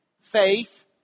faith